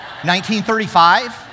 1935